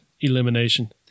elimination